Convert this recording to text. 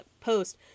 post